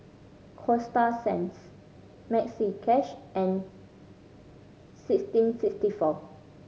Coasta Sands Maxi Cash and sixteen sixty four